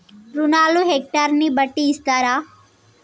రుణాలు హెక్టర్ ని బట్టి ఇస్తారా?